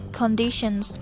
conditions